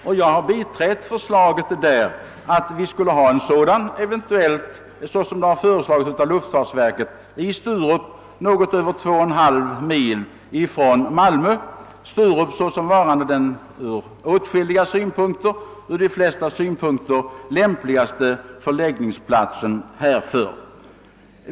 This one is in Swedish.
Jag har där biträtt förslaget att en sådan flygplats eventuellt, såsom luftfartsverket föreslagit, skulle förläggas till Sturup något över 2,5 mil från Malmö, såsom varande den ur de flesta synpunkter lämpligaste förläggningsplatsen härför.